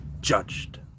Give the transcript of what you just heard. judged